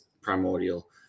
primordial